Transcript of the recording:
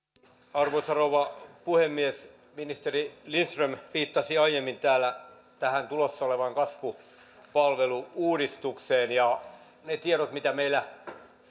arvoisa rouva puhemies ministeri lindström viittasi aiemmin täällä tähän tulossa olevaan kasvupalvelu uudistukseen ne tiedot mitä meillä